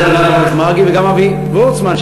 גם אבי וורצמן,